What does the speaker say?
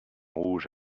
rouge